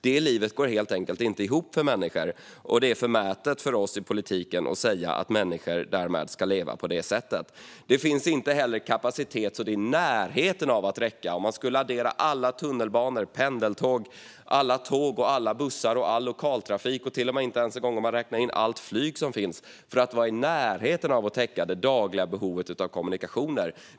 Det livet går inte ihop för människor, och det är förmätet av oss i politiken att säga att människor ska leva på det sättet. Dessutom är kapaciteten långt ifrån tillräcklig. Även om man skulle addera alla tunnelbanor, pendeltåg, tåg, bussar och övrig lokaltrafik, ja, till och med allt flyg, kommer man inte i närheten av att täcka det dagliga behovet av kommunikationer.